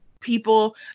people